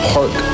Park